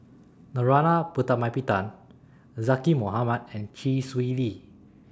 Narana Putumaippittan Zaqy Mohamad and Chee Swee Lee